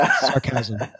sarcasm